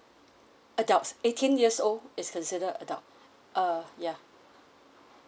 adults eighteen years old it's considered adult uh ya